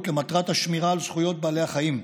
למטרת השמירה על זכויות בעלי החיים.